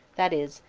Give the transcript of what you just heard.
that is,